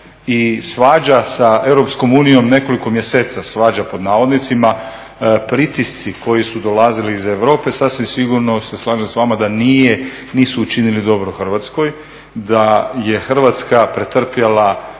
i svađa sa EU nekoliko mjeseci svađa pod navodnicima, pritisci koji su dolazili iz Europe sasvim sigurno se slažem s vama da nije, nisu učinili dobro Hrvatskoj, da je Hrvatska pretrpjela